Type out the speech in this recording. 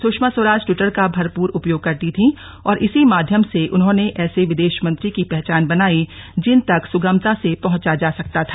Sushma Swaraj Twitter का भरपूर उपयोग करती थीं और इसी माध्यम से उन्होंने ऐसे विदेश मंत्री की पहचान बनाई जिन तक सुगमता से पहुंचा जा सकता था